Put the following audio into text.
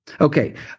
Okay